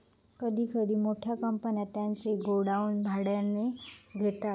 कधी कधी मोठ्या कंपन्या त्यांचे गोडाऊन भाड्याने घेतात